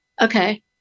Okay